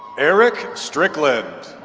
eric strickland